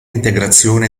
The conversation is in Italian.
integrazione